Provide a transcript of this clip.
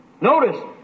Notice